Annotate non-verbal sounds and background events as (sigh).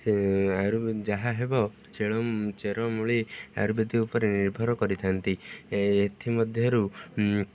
(unintelligible) ଯାହା ହେବେ (unintelligible) ଚେରମୂଳି ଆୟୁର୍ବେଦିକ ଉପରେ ନିର୍ଭର କରିଥାନ୍ତି ଏଥି ମଧ୍ୟରୁ